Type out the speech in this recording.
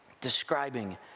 describing